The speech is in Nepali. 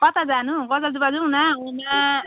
कता जानु गजलडुब्बा जाउँ न उमा